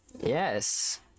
Yes